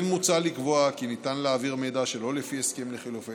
כן מוצע לקבוע כי ניתן להעביר מידע שלא לפי הסכם לחילופי